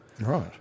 right